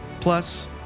Plus